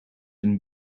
een